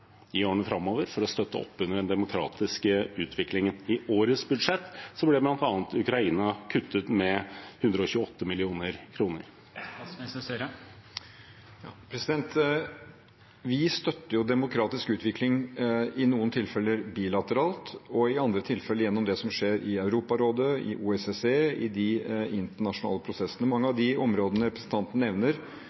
i årene framover, for å støtte opp under den demokratiske utviklingen? I årets budsjett ble bl.a. Ukraina kuttet med 128 mill. kr. Vi støtter demokratisk utvikling i noen tilfeller bilateralt og i andre tilfeller gjennom det som skjer i Europarådet, i OSSE, i de internasjonale prosessene. Mange av de områdene representanten nevner,